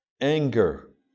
Anger